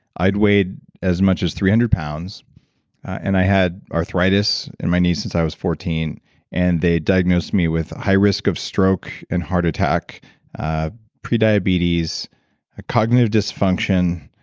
i'd weighed as much as three hundred pounds and i had arthritis in my knee since i was fourteen and they diagnosed me with high risk of stroke and heart attack ah pre-diabetes, a cognitive dysfunction,